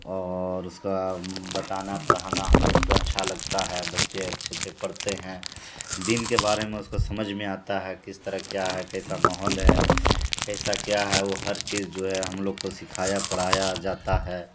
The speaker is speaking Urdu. اور اس کا بتانا پڑھانا ہم لوگ کو اچھا لگتا ہے بچے اچھے اچھے پڑھتے ہیں دین کے بارے میں اس کو سمجھ میں آتا ہے کس طرح کیا ہے کیسا ماحول ہے کیسا کیا ہے وہ ہر چیز جو ہے ہم لوگ کو سکھایا پڑھایا جاتا ہے